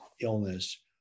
illness